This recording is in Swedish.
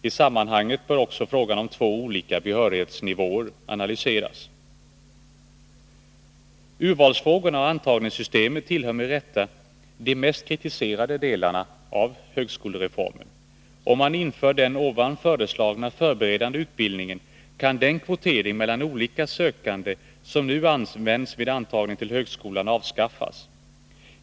I sammanhanget bör också frågan om två olika behörighetsnivåer analyseras. Urvalsfrågorna och antagningssystemet tillhör med rätta de mest kritiserade delarna av högskolereformen. Om man inför den här föreslagna förberedande utbildningen, kan den kvotering mellan olika sökande som nu används vid antagningen till högskolan avskaffas.